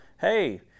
hey